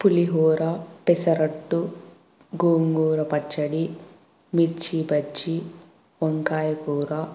పులిహోర పెసరట్టు గోంగూర పచ్చడి మిర్చి బజ్జీ వంకాయ కూర